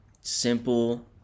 simple